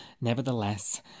nevertheless